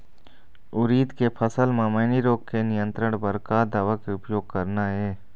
उरीद के फसल म मैनी रोग के नियंत्रण बर का दवा के उपयोग करना ये?